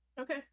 okay